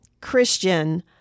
Christian